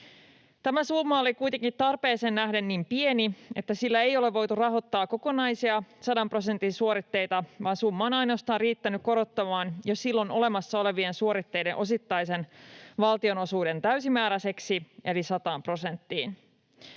Tämä summa oli kuitenkin tarpeeseen nähden niin pieni, että sillä ei ole voitu rahoittaa kokonaisia sadan prosentin suoritteita, vaan summa on riittänyt ainoastaan korottamaan jo silloin olemassa olevien suoritteiden osittaisen valtionosuuden täysimääräiseksi eli sataan prosenttiin.